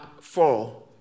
four